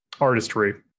artistry